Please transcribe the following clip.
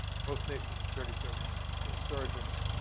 host nation security services, insurgents,